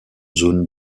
zone